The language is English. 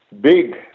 big